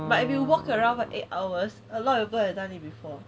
but if you walk around for eight hours a lot of people had done it before